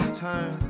turn